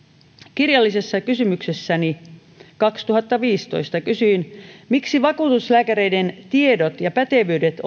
kirjallisessa kysymyksessäni kaksituhattaviisitoista kysyin miksi vakuutuslääkäreiden tiedot ja pätevyydet